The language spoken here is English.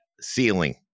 ceiling